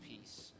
peace